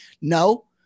No